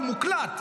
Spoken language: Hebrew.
הוא מוקלט.